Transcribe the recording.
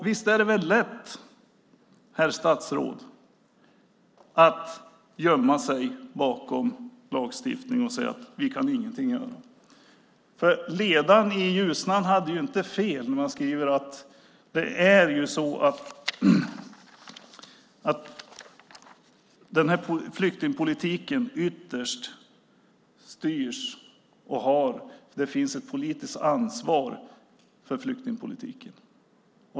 Visst är det väl lätt, herr statsråd, att gömma sig bakom lagstiftningen och säga: Vi kan ingenting göra. Man hade inte fel i ledaren i Ljusnan när man skrev att flyktingpolitiken ytterst styrs av regeringen och att det finns ett politiskt ansvar för flyktingpolitiken.